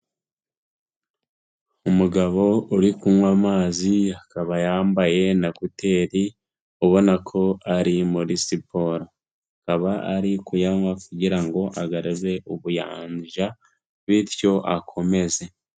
Umugabo uri kunywa amazi akaba yambaye na ekuteri ubona ko ari muri siporo, akaba ari kuyanywa kugira ngo agarure ubuyanja bityo akomeze.